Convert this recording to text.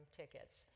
tickets